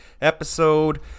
episode